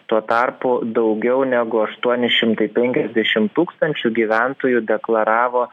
tuo tarpu daugiau negu aštuoni šimtai penkiasdešimt tūkstančių gyventojų deklaravo